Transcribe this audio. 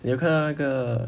你有看到那个